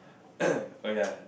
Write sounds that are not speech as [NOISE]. [NOISE] oh ya